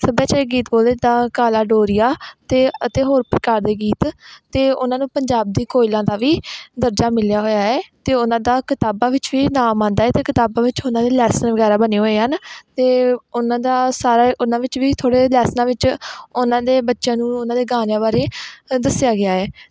ਸੱਭਿਆਚਾਰਕ ਗੀਤ ਬੋਲਦੇ ਤਾਂ ਕਾਲਾ ਡੋਰੀਆ ਅਤੇ ਅਤੇ ਹੋਰ ਪ੍ਰਕਾਰ ਦੇ ਗੀਤ ਅਤੇ ਉਹਨਾਂ ਨੂੰ ਪੰਜਾਬ ਦੀ ਕੋਇਲਾ ਦਾ ਵੀ ਦਰਜਾ ਮਿਲਿਆ ਹੋਇਆ ਹੈ ਅਤੇ ਉਹਨਾਂ ਦਾ ਕਿਤਾਬਾਂ ਵਿੱਚ ਵੀ ਨਾਮ ਆਉਂਦਾ ਅਤੇ ਕਿਤਾਬਾਂ ਵਿੱਚ ਉਹਨਾਂ ਦੇ ਲੈਸਨ ਵਗੈਰਾ ਬਣੇ ਹੋਏ ਹਨ ਅਤੇ ਉਹਨਾਂ ਦਾ ਸਾਰਾ ਉਹਨਾਂ ਵਿੱਚ ਵੀ ਥੋੜ੍ਹੇ ਲੈਸਨਾਂ ਵਿੱਚ ਉਹਨਾਂ ਦੇ ਬੱਚਿਆਂ ਨੂੰ ਉਹਨਾਂ ਦੇ ਗਾਣਿਆਂ ਬਾਰੇ ਦੱਸਿਆ ਗਿਆ ਹੈ